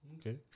Okay